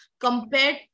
compared